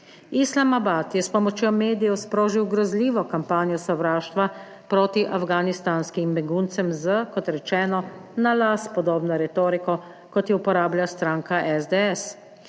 Islamabad je s pomočjo medijev sprožil grozljivo kampanjo sovraštva proti afganistanskim beguncem z, kot rečeno, na las podobno retoriko, kot jo uporablja stranka SDS.